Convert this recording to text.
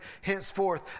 Henceforth